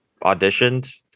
auditioned